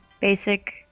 basic